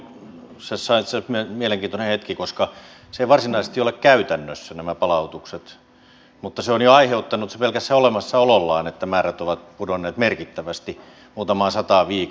turkki sopimuksessa on mielenkiintoinen hetki koska nämä palautukset eivät varsinaisesti ole käytännössä mutta sopimus on jo aiheuttanut pelkällä olemassaolollaan sen että määrät ovat pudonneet merkittävästi muutamaan sataan viikossa